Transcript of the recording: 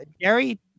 gary